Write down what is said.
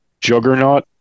juggernaut